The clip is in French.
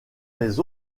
les